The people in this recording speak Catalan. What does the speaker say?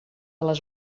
les